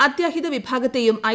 അത്യാഹിത വിഭാഗത്തെയ്യും ഐ